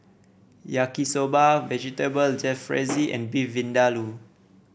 Yaki Soba Vegetable Jalfrezi and Beef Vindaloo